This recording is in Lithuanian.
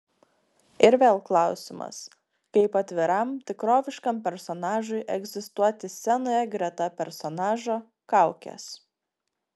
ir vėl klausimas kaip atviram tikroviškam personažui egzistuoti scenoje greta personažo kaukės